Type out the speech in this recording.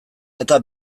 eta